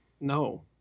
No